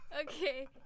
Okay